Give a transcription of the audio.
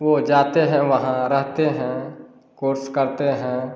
वे जाते हैं वहाँ रहते हैं कोर्स करते हैं